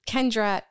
Kendra